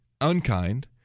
unkind